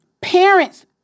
Parents